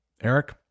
eric